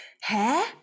Hair